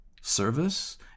service